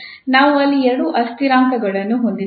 ನಾವು ಅಲ್ಲಿ ಎರಡು ಅಸ್ಥಿರಾಂಕಗಳನ್ನು ಹೊಂದಿದ್ದೇವೆ